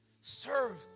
Serve